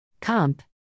Comp